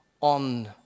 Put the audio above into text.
on